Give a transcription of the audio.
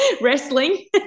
wrestling